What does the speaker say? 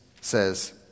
says